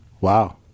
Wow